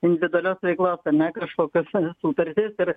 individualios veiklos ar ne kažkokias ane sutartis ir